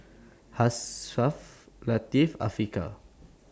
Hafsa Latif and Afiqah